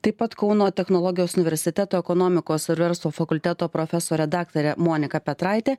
taip pat kauno technologijos universiteto ekonomikos ir verslo fakulteto profesorė daktarė monika petraitė